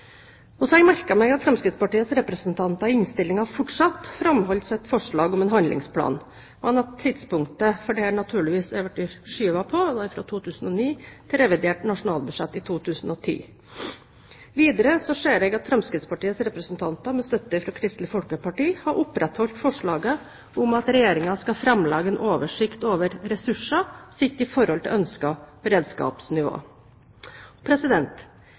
har merket meg at Fremskrittspartiets representanter i innstillingen fortsatt framholder sitt forslag om en handlingsplan, men at tidspunktet for det naturligvis er blitt skjøvet på, fra 2009 til revidert nasjonalbudsjett i 2010. Videre ser jeg at Fremskrittspartiets representanter, med støtte fra Kristelig Folkeparti, har opprettholdt forslaget om at Regjeringen skal framlegge en oversikt over ressurser sett i forhold til ønsket beredskapsnivå.